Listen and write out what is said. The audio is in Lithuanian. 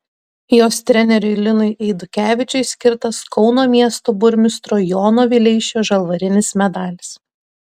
jos treneriui linui eidukevičiui skirtas kauno miesto burmistro jono vileišio žalvarinis medalis